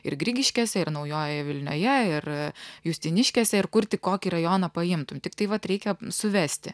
ir grigiškėse ir naujojoje vilnioje ir justiniškėse ir kur tik kokį rajoną paimtum tiktai vat reikia suvesti